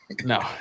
No